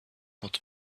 not